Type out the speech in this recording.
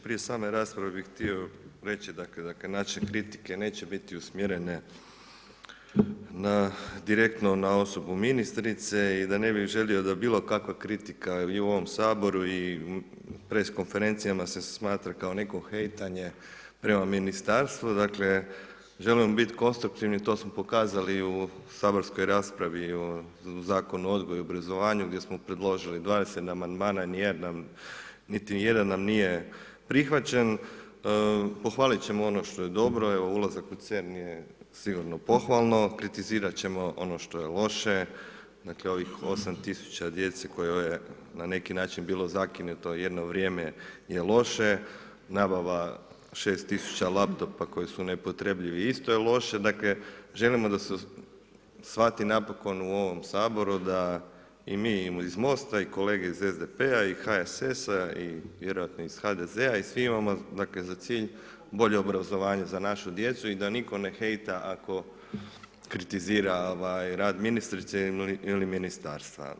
Prije same rasprave bi htio reći dakle naše kritike neće biti usmjerene na direktno na osobno ministre i da ne bi želio da bilokakva kritika i u ovom Saboru i press konferencijama da se smatra kao neko hejtanje prema ministarstvu dakle želimo biti konstruktivni, to smo pokazali u saborskoj raspravi u Zakonu o odgoju i obrazovanju gdje smo predložili 20 amandmana, nijedan nije prihvaćen, pohvalit ćemo ono što je dobro, evo ulazak CERN je sigurno pohvalno, kritizirat ćemo ono što je loše, dakle 8000 djece koje je na neki način bilo zakinuto jedno vrijeme je loše, nabava 6000 laptopa koji su neupotrebljivi isto je loše, dakle želimo da se shvati napokon u ovom Saboru da i im iz MOST-a i kolege iz SDP-a i HSS-a i vjerojatno iz HDZ-a i svi, imamo za cilj bolje obrazovanje za našu djecu i da nitko ne hejta ako kritizira rad ministrice ili ministarstva.